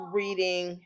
reading